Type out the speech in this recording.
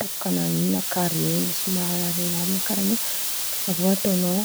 tapakan̈any in̈y na kare na somary lava karàha in̈y avy eo ataon̈ao